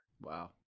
Wow